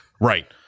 right